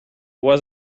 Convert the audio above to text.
was